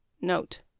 Note